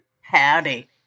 Howdy